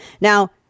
Now